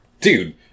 dude